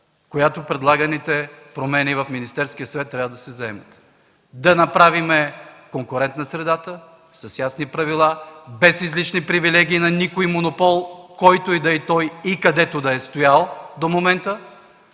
от предлаганите промени в Министерския съвет, с която трябва да се заемем – да направим конкурентна средата, с ясни правила, без излишни привилегии на никой монопол, който и да е той и където и да е стоял до момента